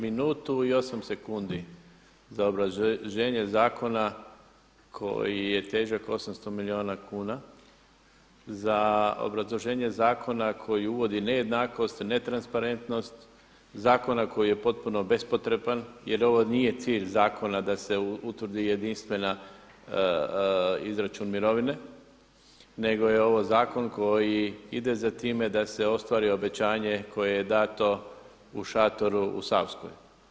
Minutu i osam sekundi za obrazloženje zakona koji je težak 800 milijuna kuna, za obrazloženje zakona koji uvodi nejednakost, netransparentnost zakona koji je potpuno bespotreban jer ovo nije cilj zakona da se utvrdi jedinstveni izračun mirovine nego je ovo zakon koji ide za time da se ostvari obećanje koje je dato u šatoru u Savskoj.